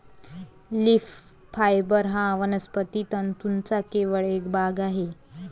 leaf fibre हा वनस्पती तंतूंचा केवळ एक भाग आहे